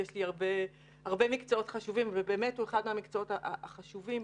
יש לי הרבה מקצועות חשובים ובאמת הוא אחד מהמקצועות החשובים.